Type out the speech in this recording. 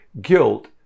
Guilt